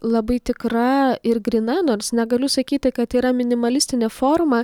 labai tikra ir gryna nors negaliu sakyti kad yra minimalistinė forma